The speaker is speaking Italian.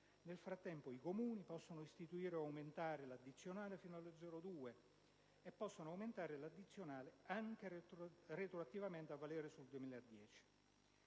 Nel frattempo, i Comuni possono istituire o aumentare l'addizionale fino allo 0,2 per cento e possono aumentare l'addizionale anche retroattivamente, a valere sul 2010.